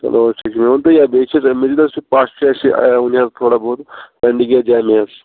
چَلو حظ ٹھیٖک چھُ مےٚ ؤنۍتَو یہِ بیٚیہِ چھُ امہِ مزید حظ چھُ پَش چھُ اَسہِ وُنکیٚس تھوڑا بُہت پینٛڈِنٛگٕے اتھ جامعہ ہَس